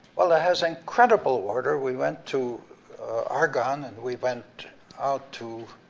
well, it has incredible order. we went to argon, and we went out to